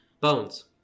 Bones